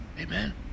Amen